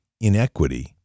inequity